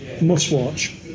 must-watch